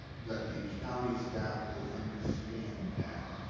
that the county staff will understand that.